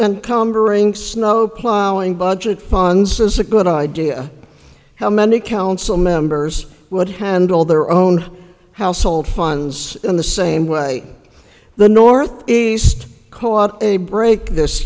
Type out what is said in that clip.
encumbering snowplowing budget funds is a good idea how many council members would handle their own household funds in the same way the north east caught a break this